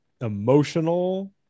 emotional